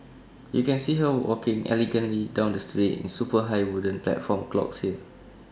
you can see her walking elegantly down the street in super high wooden platform clogs here